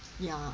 ya